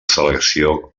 selecció